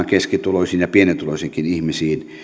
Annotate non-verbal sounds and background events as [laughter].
[unintelligible] keskituloisiin ja pienituloisiinkin ihmisiin